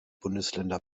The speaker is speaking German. bundesländer